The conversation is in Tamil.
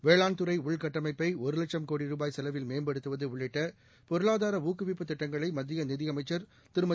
வேளாண்துறை உள்கட்டமைப்பை ஒரு வட்சும் கோடி ரூபாய் செலவில் மேம்படுத்துவது உள்ளிட்ட பொருளாதார ஊக்குவிப்பு திட்டங்களை மத்திய நிதியமைச்சர் திருமதி